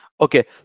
Okay